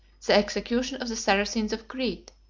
the execution of the saracens of crete,